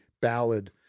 ballad